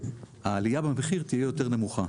העלייה במחיר תהיה יותר נמוכה.